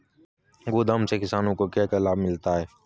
गोदाम से किसानों को क्या क्या लाभ मिलता है?